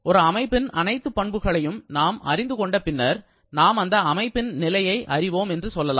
ஒரு அமைப்பின் அனைத்து பண்புகளையும் நாம் அறிந்து கொண்ட பின்னர் நாம் அந்த அமைப்பின் நிலையை அறிவோம் என்று சொல்லலாம்